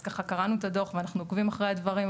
אז ככה קראנו את הדוח ואנחנו עוקבים אחרי הדברים.